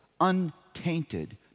untainted